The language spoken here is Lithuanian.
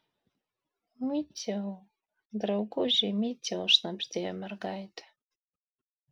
miciau drauguži miciau šnabždėjo mergaitė